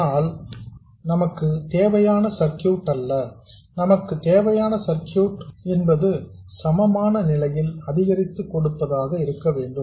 ஆனால் இது நமக்கு தேவையான சர்க்யூட் அல்ல நமக்கு தேவையான சர்க்யூட் என்பது சமமான நிலையில் அதிகரித்துக் கொடுப்பதாக இருக்க வேண்டும்